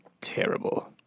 terrible